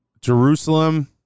Jerusalem